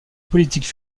politique